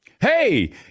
Hey